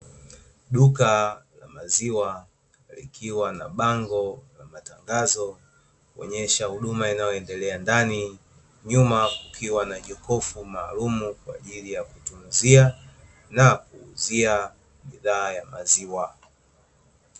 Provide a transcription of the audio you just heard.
Duka la maziwa likiwa na bango na tangazo linaloonyesha huduma inayoendelea ndani, nyuma kukiwa na jokofu maalumu, kwa ajili ya kutunzia na kuuzia bidhaa ya maziwa.